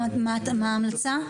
מה ההמלצה?